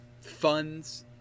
funds